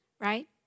Right